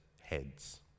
heads